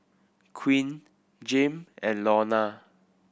Quinn Jame and Launa